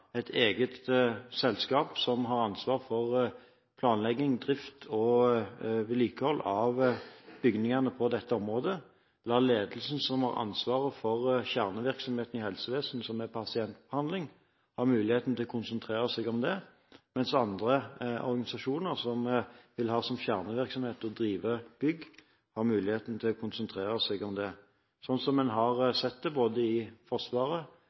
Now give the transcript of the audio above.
et eget selskap som har ansvar for planlegging, drift og vedlikehold av bygningene. Vi vil la ledelsen som har ansvaret for kjernevirksomheten i helsevesenet, som er pasientbehandling, ha muligheten til å konsentrere seg om det, mens andre organisasjoner som vil ha som kjernevirksomhet å drive bygg, har muligheten til å konsentrere seg om det, sånn man har sett både i Forsvaret,